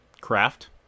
Craft